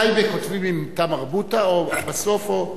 טייבה כותבים עם "תא מרבוטא" או בסוף, טי"ת,